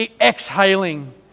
exhaling